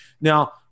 Now